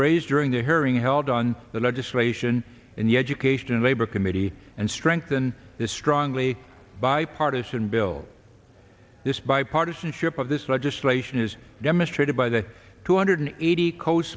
raised during the hearing held on the legislation in the education and labor committee and strengthen this strongly bipartisan bill this bipartisanship of this legislation is demonstrated by the two hundred eighty co